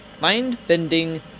mind-bending